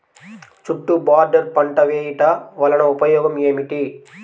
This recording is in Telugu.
చుట్టూ బోర్డర్ పంట వేయుట వలన ఉపయోగం ఏమిటి?